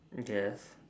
I guess